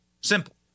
Simple